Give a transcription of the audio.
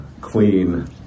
clean